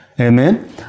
Amen